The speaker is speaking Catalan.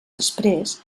després